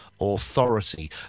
authority